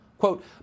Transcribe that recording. Quote